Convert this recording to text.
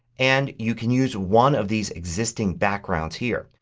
and you can use one of these existing backgrounds here.